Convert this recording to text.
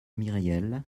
myriel